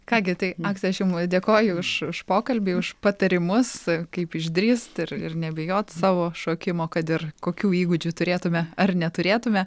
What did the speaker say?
ką gi tai aukse aš jum dėkoju už už pokalbį už patarimus kaip išdrįst ir ir nebijot savo šokimo kad ir kokių įgūdžių turėtume ar neturėtume